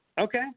Okay